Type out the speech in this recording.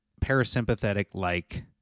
parasympathetic-like